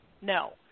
No